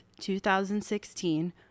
2016